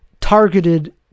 targeted